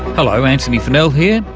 hello, antony funnell here,